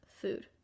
food